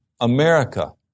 America